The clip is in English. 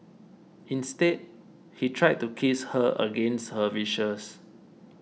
instead he tried to kiss her against her wishes